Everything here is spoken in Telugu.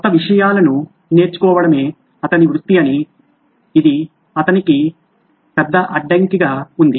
క్రొత్త విషయాలను నేర్చుకోవడమే అతని వృత్తి అని ఇది అతనికి పెద్ద అడ్డంకిగా ఉంది